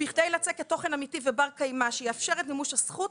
כדי לצקת תוכן אמיתי ובר קיימא שיאפשר את מימוש הזכות,